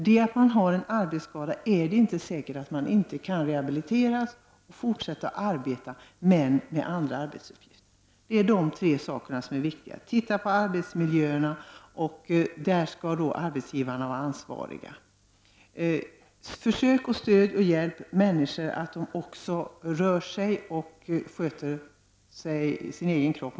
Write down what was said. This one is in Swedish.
Det är inte säkert att den som har en arbetsskada inte kan rehabiliteras — hon kanske kan fortsätta arbeta men med andra arbetsuppgifter. Det är tre saker som är mycket viktiga. Man måsta titta på arbetsmiljöerna, där arbetsgivarna skall vara ansvariga. Man skall försöka stödja och hjälpa människor så att de rör sig och sköter sin egen kropp.